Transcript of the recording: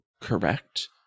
correct